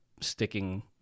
sticking